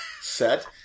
set